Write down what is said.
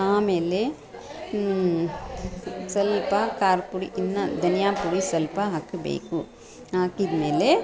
ಆಮೇಲೆ ಸ್ವಲ್ಪ ಖಾರ ಪುಡಿ ಇನ್ನು ಧನಿಯಾ ಪುಡಿ ಸ್ವಲ್ಪ ಹಾಕಬೇಕು ಹಾಕಿದಮೇಲೆ